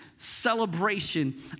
Celebration